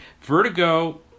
Vertigo